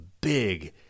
big